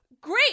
great